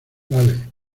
vale